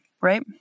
Right